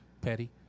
Petty